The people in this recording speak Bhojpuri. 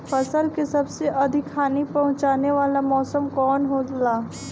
फसल के सबसे अधिक हानि पहुंचाने वाला मौसम कौन हो ला?